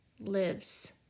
lives